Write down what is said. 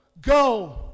go